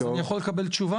אז אני יכול לקבל תשובה?